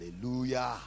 Hallelujah